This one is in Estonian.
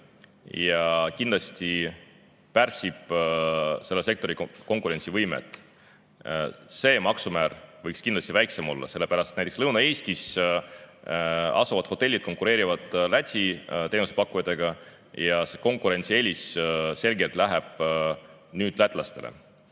ja kindlasti pärsib selle sektori konkurentsivõimet. See maksumäär võiks kindlasti väiksem olla. Sellepärast et näiteks Lõuna-Eestis asuvad hotellid konkureerivad Läti teenusepakkujatega ja konkurentsieelis läheb nüüd selgelt